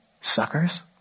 suckers